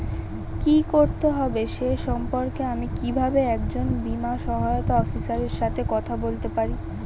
কী করতে হবে সে সম্পর্কে আমি কীভাবে একজন বীমা সহায়তা অফিসারের সাথে কথা বলতে পারি?